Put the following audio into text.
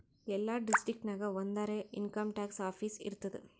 ಎಲ್ಲಾ ಡಿಸ್ಟ್ರಿಕ್ಟ್ ನಾಗ್ ಒಂದರೆ ಇನ್ಕಮ್ ಟ್ಯಾಕ್ಸ್ ಆಫೀಸ್ ಇರ್ತುದ್